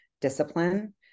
discipline